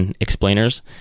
explainers